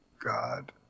God